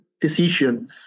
decision